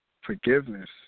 forgiveness